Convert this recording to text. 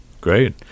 Great